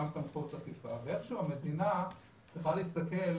סמכויות אכיפה ואיכשהו המדינה צריכה להסתכל